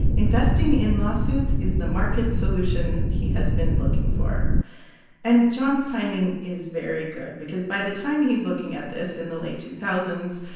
investing in lawsuits is the market solution he has been looking for and jon's timing is very good because by the time he's looking at this in the late two thousand